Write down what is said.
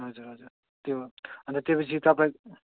हजुर हजुर त्यो अन्त त्यो पछि तपाईँ